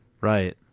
Right